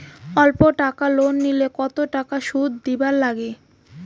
অল্প টাকা লোন নিলে কতো টাকা শুধ দিবার লাগে?